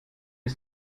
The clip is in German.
ist